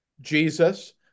Jesus